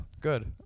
good